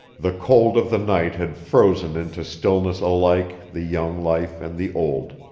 the cold of the night had frozen into stillness alike the young life and the old.